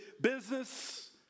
business